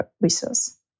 resource